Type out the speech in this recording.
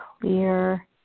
clear